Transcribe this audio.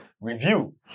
review